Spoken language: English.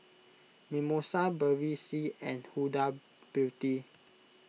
Mimosa Bevy C and Huda Beauty